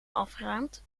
afruimt